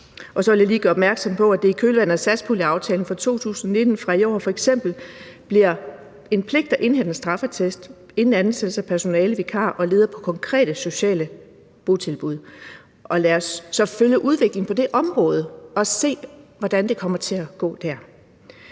Så vil jeg lige gøre opmærksom på, at det i kølvandet på satspuljeaftalen fra 2019 f.eks. bliver en pligt fra i år at indhente straffeattest inden ansættelse af personale, vikarer og ledere på konkrete sociale botilbud. Lad os så følge udviklingen på det område og se, hvordan det kommer til at gå der.